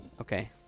Okay